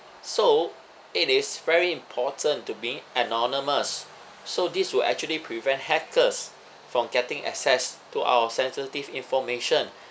so it is very important to be anonymous so this will actually prevent hackers from getting access to our sensitive information